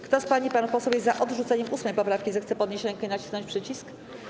Kto z pań i panów posłów jest za odrzuceniem 8. poprawki, zechce podnieść rękę i nacisnąć przycisk.